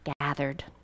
gathered